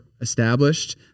established